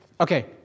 okay